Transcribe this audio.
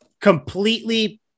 Completely